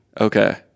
Okay